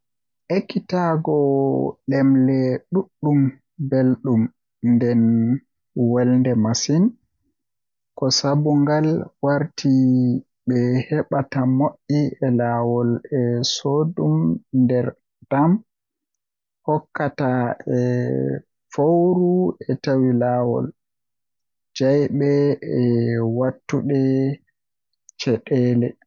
Ekitaago ɗemle ɗuɗɗum belɗum nden welnde masin Ko sabu ngal, warti ɓe heɓata moƴƴi e laawol e soodun nder ɗam, hokkataa e fowru e tawti laawol, jeyaaɓe e waɗtude caɗeele.